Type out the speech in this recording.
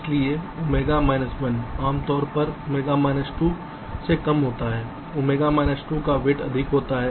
इसलिए ओमेगा 1 आमतौर पर ओमेगा 2 से कम होता है ओमेगा 2 का वेट अधिक होता है